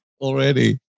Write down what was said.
already